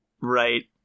right